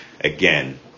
again